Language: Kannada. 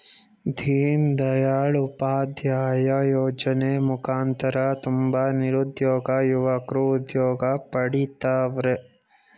ದೀನ್ ದಯಾಳ್ ಉಪಾಧ್ಯಾಯ ಯೋಜನೆ ಮುಖಾಂತರ ತುಂಬ ನಿರುದ್ಯೋಗ ಯುವಕ್ರು ಉದ್ಯೋಗ ಪಡಿತವರ್ರೆ